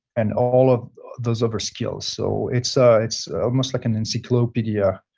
and all of those other skills. so it's ah it's almost like an encyclopedia.